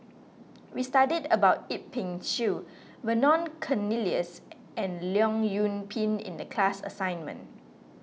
we studied about Yip Pin Xiu Vernon Cornelius and Leong Yoon Pin in the class assignment